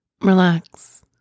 relax